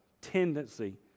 tendency